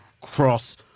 cross